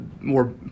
more